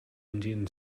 indian